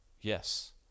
Yes